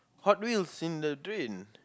Hot Wheels in the drain